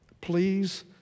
Please